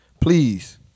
Please